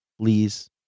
Please